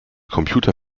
computer